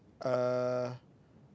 uh